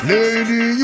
Lady